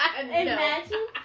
Imagine